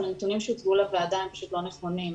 אבל הנתונים שהוצגו לוועדה הם פשוט לא נכונים.